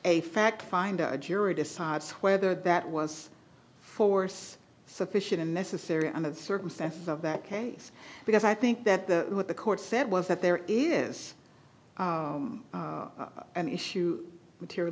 a fact find a jury decides whether that was force sufficient and necessary on the circumstances of that case because i think that the what the court said was that there is an issue material